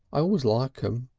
always like them.